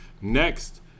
Next